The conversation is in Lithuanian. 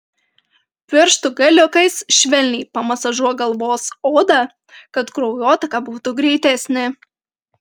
pirštų galiukais švelniai pamasažuok galvos odą kad kraujotaka būtų greitesnė